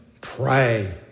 pray